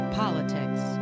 politics